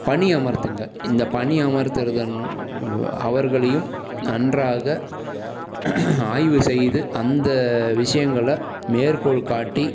பணி அமர்த்துங்கள் இந்த பணி அமர்த்துறதுன்னு அவர்களையும் நன்றாக ஆய்வு செய்து அந்த விஷயங்கள மேற்கோள் காட்டி